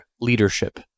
Leadership